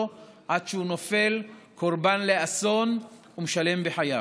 עד שהוא נופל קורבן לאסון ומשלם בחייו.